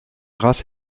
grâce